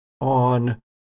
on